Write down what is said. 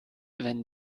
wenn